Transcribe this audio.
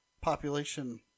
population